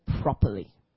properly